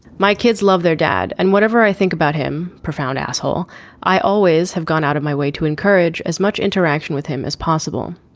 my kids love their dad and whatever i think about him profound asshole i always have gone out of my way to encourage as much interaction with him as possible.